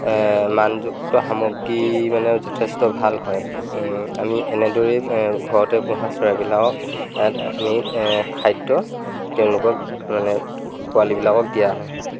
মানযুক্ত সামগ্ৰী মানে যথেষ্ট ভাল হয় আমি এনেদৰেই ঘৰতে পোহা চৰাইবিলাকক আমি খাদ্য তেওঁলোকক মানে পোৱালীবিলাকক দিয়া হয়